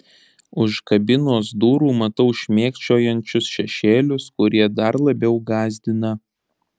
už kabinos durų matau šmėkščiojančius šešėlius kurie dar labiau gąsdina